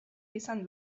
izan